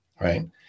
Right